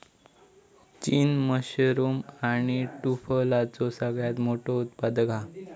चीन मशरूम आणि टुफलाचो सगळ्यात मोठो उत्पादक हा